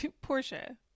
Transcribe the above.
Portia